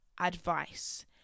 advice